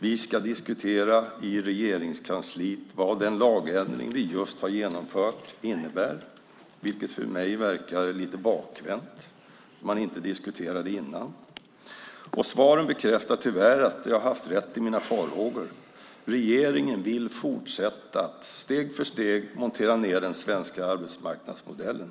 Vi ska diskutera i Regeringskansliet vad den lagändring vi just har genomfört innebär. För mig verkar det lite bakvänt att man inte har diskuterat innan. Svaren bekräftar tyvärr att jag har haft rätt i mina farhågor. Regeringen vill fortsätta att steg för steg montera ned den svenska arbetsmarknadsmodellen.